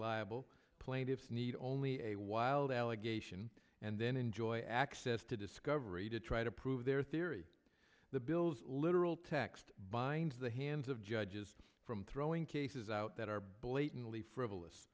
liable plaintiffs need only a wild allegation and then enjoy access to discovery to try to prove their theory the bill's literal text binds the hands of judges from throwing cases out that are blatantly frivolous